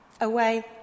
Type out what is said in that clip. away